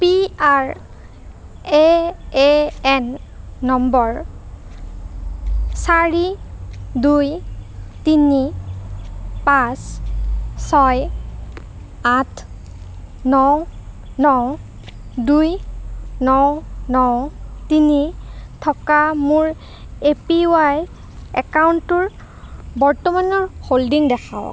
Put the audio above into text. P R A N number চাৰি দুই তিনি পাঁচ ছয় আঠ ন ন দুই ন ন তিনি থকা মোৰ এ পি ৱাই একাউণ্টটোৰ বৰ্তমানৰ হোল্ডিংছ দেখুৱাওক